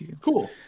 Cool